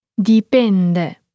Dipende